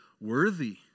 worthy